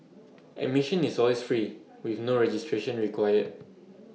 admission is always free with no registration required